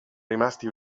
rimasti